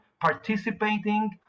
participating